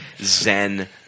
Zen